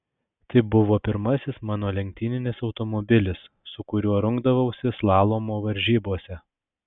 tai buvo pirmasis mano lenktyninis automobilis su kuriuo rungdavausi slalomo varžybose